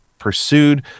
pursued